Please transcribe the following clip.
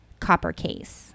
Coppercase